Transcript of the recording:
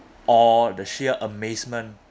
all the sheer amazement